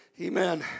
Amen